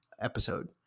episode